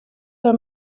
him